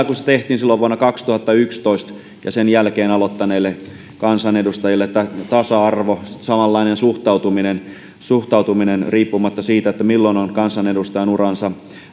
kuin se tehtiin silloin vuonna kaksituhattayksitoista ja sen jälkeen aloittaneille kansanedustajille eli tasa arvo samanlainen suhtautuminen suhtautuminen riippumatta siitä milloin on kansanedustajan uransa